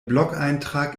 blogeintrag